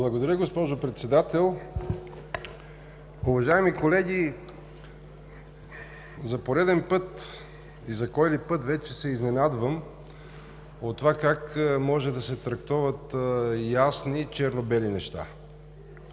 Благодаря, госпожо Председател! Уважаеми колеги, за пореден път, за кой ли път вече се изненадвам от това как може да се трактоват ясни и черно-бели неща.